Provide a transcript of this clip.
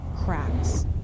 Cracks